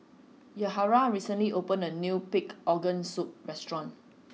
Yahaira recently opened a new Pig'S Organ Soup restaurant